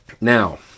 Now